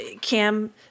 Cam